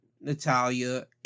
natalia